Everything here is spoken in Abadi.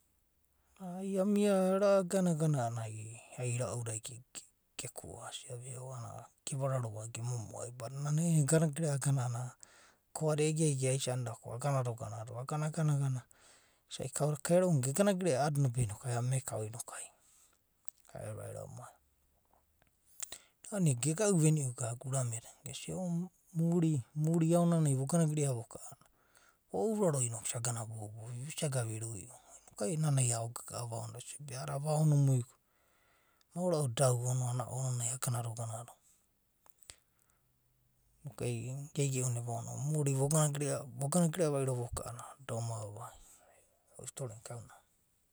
Ai amia egana egana a’anana ai ra’uda ai ko’a badinana na i’inanai agana gere agana a’anana. koada egege aisanida ko agana do. agana agana isai kauda kaia ro’unai gegana gerea a’adina be ai amekau noku ai, aero naino amai. A’ana gegau vemu gaga. urame da. gesia. ona. muri. muri aonanai vogana gerea voka a’anana vo ouraro noku isa gana boubou isa gana viruio. noku ai na aogaga ava ono da asia be a’anana ava ono mai maora ua’a da uono ounanai agana do ganado. noku geigei una eva ono u. muri. vogana gerea. vogana gerea vairo voka a’anana da oma vavai.